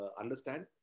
understand